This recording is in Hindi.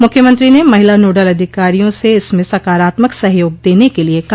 मुख्यमंत्री ने महिला नोडल अधिकारियों से इसमें सकारात्मक सहयोग देने के लिए कहा